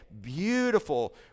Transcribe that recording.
beautiful